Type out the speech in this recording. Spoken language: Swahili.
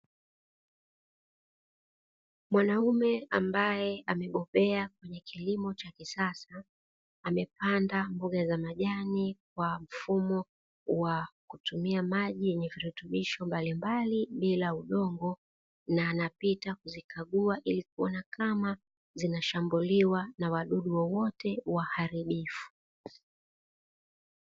Mwanaume ambaye amebobea kwenye kilimo cha kisasa, amepanda mboga za majani kwa mfumo wa kutumia maji yenye virutubisho mbalimbali bila udongo, na anapita kuzikagua ili kuona kama zinashambuliwa na wadudu wowote waharibifu.